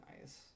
nice